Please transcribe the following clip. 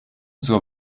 zur